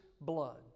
blood